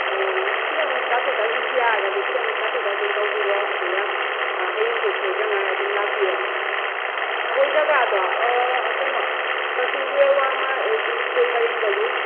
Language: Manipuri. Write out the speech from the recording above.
ꯑꯣꯑꯣ ꯈꯤꯇꯪ ꯇꯥꯊꯣꯛ ꯇꯥꯁꯤꯟ ꯌꯥꯔꯒꯗꯤ ꯈꯤꯇꯪ ꯇꯥꯊꯣꯛ ꯇꯥꯁꯤꯟ ꯇꯧꯕꯤꯔꯣ ꯑꯗꯨꯒ ꯍꯌꯦꯡꯁꯦ ꯁꯣꯏꯗꯅꯉꯥꯏ ꯑꯗꯨꯝ ꯂꯥꯛꯄꯤꯔꯣ ꯑꯩꯈꯣꯏ ꯖꯒꯥꯗꯣ ꯑꯣ ꯀꯩꯅꯣ ꯀꯛꯆꯤꯡ ꯇꯨꯔꯦꯜ ꯋꯥꯡꯃ ꯑꯦꯜ ꯄꯤ ꯁ꯭ꯀꯨꯜ ꯄꯔꯦꯡꯗꯒꯤ